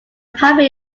primary